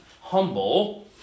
humble